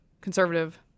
conservative